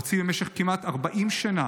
הוציא במשך כמעט 40 שנה